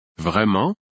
Vraiment